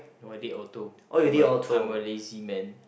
no I did auto I'm a I'm a lazy man